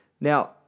Now